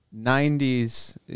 90s